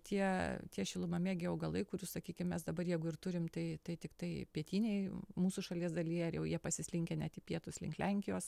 tie tie šilumą mėgę augalai kurių sakykim mes dabar jeigu ir turim tai tai tiktai pietinėj mūsų šalies dalyje ir jau jie pasislinkę net į pietus link lenkijos